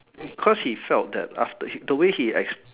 cause he felt that after h~ the way he ex~